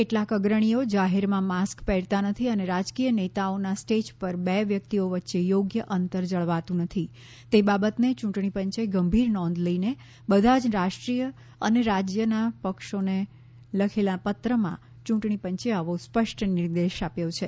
કેટલાંક અગ્રણીઓ જાહેરમાં માસ્ક પહેરતા નથી અને રાજકીય નેતાઓના સ્ટેજ ઉપર બે વ્યક્તિઓ વચ્ચે યોગ્ય અંતર જળવાતું નથી તે બાબતને ચૂંટણી પંચે ગંભીર નોંધ લઈને બધા જ રાષ્ટ્રીય અને રાજ્યના પક્ષોને લખેલા પત્રમાં યૂંટણી પંચે આવો સ્પષ્ટ નિર્દેશ આપ્યો છે